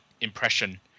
impression